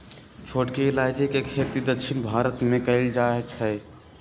छोटकी इलाइजी के खेती दक्षिण भारत मे कएल जाए छै